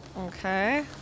Okay